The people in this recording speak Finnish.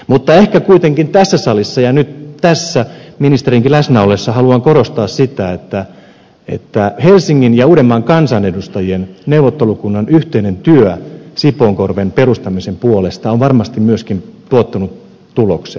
mutta ehkä kuitenkin tässä salissa ja nyt tässä ministerinkin läsnäollessa haluan korostaa sitä että helsingin ja uudenmaan kansanedustajien neuvottelukunnan yhteinen työ sipoonkorven perustamisen puolesta on varmasti myöskin tuottanut tuloksen